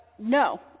No